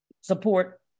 support